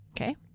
okay